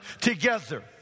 together